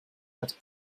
hat